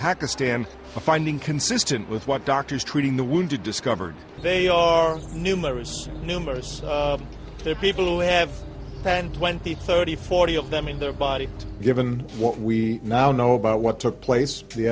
pakistan are finding consistent with what doctors treating the wounded discovered they are numerous numerous to people who have ten twenty thirty forty of them in their body given what we now know about what took place the